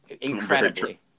Incredibly